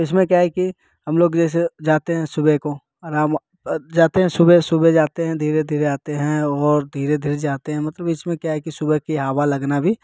इसमें क्या है कि हम लोग जैसे जाते हैं सुबह को आराम जाते हैं सुबह सुबह जाते हैं धीरे धीरे आते हैं और धीरे धीरे जाते हैं मतलब इसमें क्या है कि सुबह की हवा लगना भी